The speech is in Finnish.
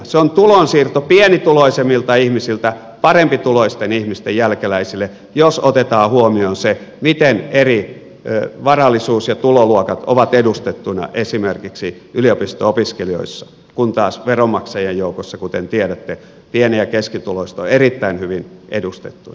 se on tulonsiirto pienituloisemmilta ihmisiltä parempituloisten ihmisten jälkeläisille jos otetaan huomioon se miten eri varallisuus ja tuloluokat ovat edustettuina esimerkiksi yliopisto opiskelijoissa kun taas veronmaksajien joukossa kuten tiedätte pieni ja keskituloiset ovat erittäin hyvin edustettuina